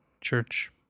church